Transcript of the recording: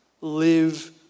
live